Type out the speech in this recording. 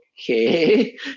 okay